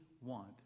want